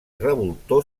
revoltó